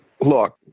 Look